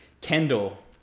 Kendall